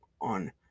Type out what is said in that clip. on